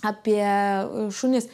apie šunis